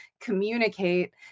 communicate